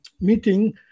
meeting